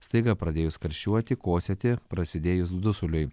staiga pradėjus karščiuoti kosėti prasidėjus dusuliui